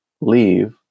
leave